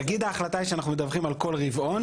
נגיד ההחלטה היא שאנחנו מדווחים על כל רבעון.